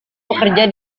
bekerja